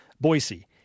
Boise